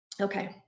okay